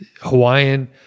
Hawaiian